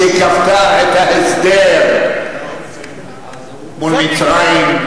שכפתה את ההסדר מול מצרים,